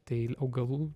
tai augalų